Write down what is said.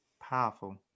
Powerful